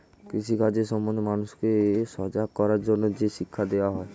কৃষি কাজ সম্বন্ধে মানুষকে সজাগ করার জন্যে যে শিক্ষা দেওয়া হয়